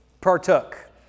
partook